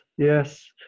Yes